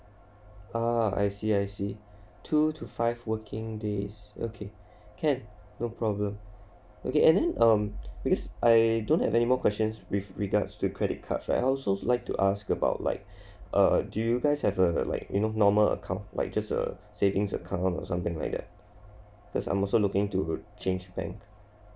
uh I see I see two to five working days okay can no problem okay and then um because I don't have any more questions with regards to credit cards I also like to ask about like uh do you guys have a like you know normal account like just a savings account or something like that because I'm also looking to change bank